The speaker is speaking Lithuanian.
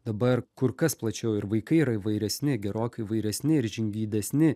dabar kur kas plačiau ir vaikai yra įvairesni gerokai įvairesni ir žingeidesni